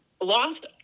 lost